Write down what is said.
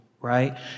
right